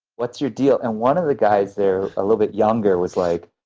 what's your deal? and one of the guys there, a little bit younger, was like,